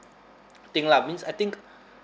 thing lah means I think